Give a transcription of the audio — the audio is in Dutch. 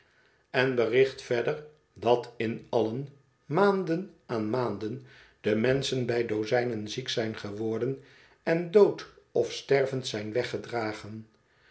en bericht verder dat in allen maanden aan maanden de menschen bij dozijnen ziek zijn geworden en dood of stervend zijn weggedragen